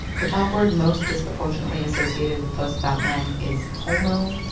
the top word most disproportionately associated with posts about men is homo.